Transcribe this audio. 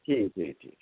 ठीक ठीक